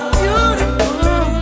beautiful